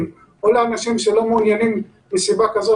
מישהו צריך לקבוע מספר יעד.